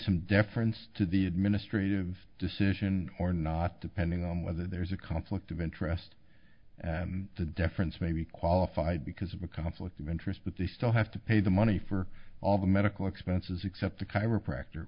some deference to the administrative decision or not depending on whether there's a conflict of interest the difference may be qualified because of a conflict of interest but they still have to pay the money for all the medical expenses except the chiropractor